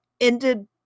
ended